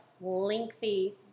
lengthy